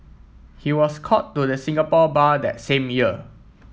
he was called to the Singapore Bar that same year